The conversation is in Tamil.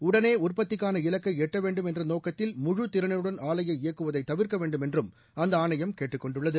உடனே உற்பத்திக்கான இலக்கை எட்ட வேண்டும் என்ற நோக்கத்தில் முழுதிறனுடன் ஆலைனைய இயக்குவதை தவிர்க்க வேண்டும் என்றும் அந்த ஆணையம் கேட்டுக் கொண்டுள்ளது